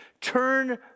Turn